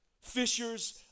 fishers